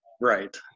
right